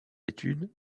études